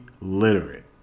literate